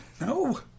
No